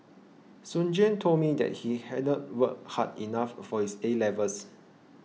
soon Juan told me that he hadn't worked hard enough for his A levels